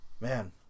Man